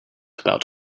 about